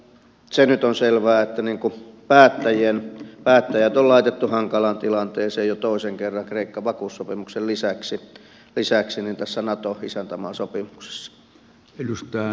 se nyt on selvää että päättäjät on laitettu hankalaan tilanteeseen jo toisen kerran kreikka vakuussopimuksen lisäksi tässä nato isäntämaasopimuksessa